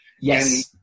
Yes